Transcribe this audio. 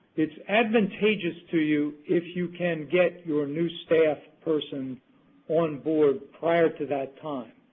it's advantageous to you if you can get your new staff person on board prior to that time.